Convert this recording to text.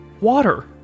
Water